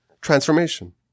transformation